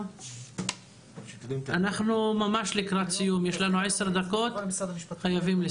אנחנו לקראת סיום, יש לנו עשר דקות לסיום.